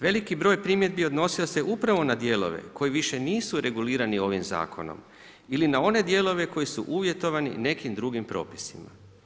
Veliki broj primjedbi odnosio se upravo na dijelove koji više nisu regulirani ovim zakonom ili na one dijelove koji su uvjetovani nekim drugim propisima.